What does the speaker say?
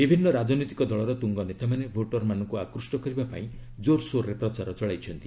ବିଭିନ୍ନ ରାଜନୈତିକ ଦଳର ତୁଙ୍ଗ ନେତାମାନେ ଭୋଟରମାନଙ୍କୁ ଆକ୍ରୃଷ୍ଟ କରିବା ପାଇଁ ଜୋରସୋରରେ ପ୍ରଚାର ଚଳାଇଛନ୍ତି